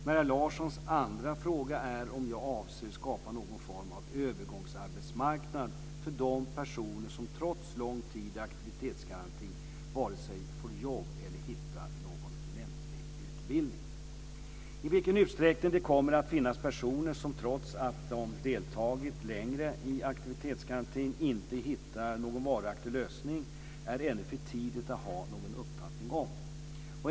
Maria Larssons andra fråga är om jag avser att skapa någon form av övergångsarbetsmarknad för de personer som trots lång tid i aktivitetsgarantin vare sig får jobb eller hittar någon lämplig utbildning. I vilken utsträckning det kommer att finnas personer som trots att de deltagit länge i aktivitetsgarantin inte hittar någon varaktig lösning är ännu för tidigt att ha någon uppfattning om.